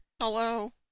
Hello